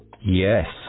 Yes